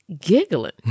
giggling